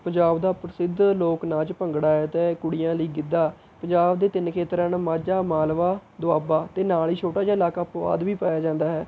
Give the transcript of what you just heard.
ਪੰਜਾਬ ਦਾ ਪ੍ਰਸਿੱਧ ਲੋਕ ਨਾਚ ਭੰਗੜਾ ਹੈ ਅਤੇ ਕੁੜੀਆਂ ਲਈ ਗਿੱਧਾ ਪੰਜਾਬ ਦੇ ਤਿੰਨ ਖੇਤਰਾਂ ਨਾਂ ਮਾਝਾ ਮਾਲਵਾ ਦੋਆਬਾ ਅਤੇ ਨਾਲ਼ ਹੀ ਛੋਟਾ ਜਿਹਾ ਇਲਾਕਾ ਪੁਆਧ ਵੀ ਪਾਇਆ ਜਾਂਦਾ ਹੈ